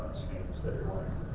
change that you're going